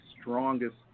strongest